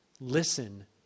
Listen